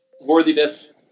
worthiness